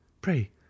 Pray